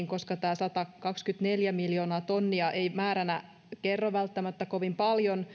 koska tämä satakaksikymmentäneljä miljoonaa tonnia ei määränä tosiaankaan kerro välttämättä kovin paljon